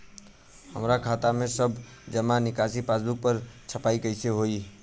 हमार खाता के सब जमा निकासी पासबुक पर छपाई कैसे होई?